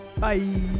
Bye